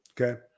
okay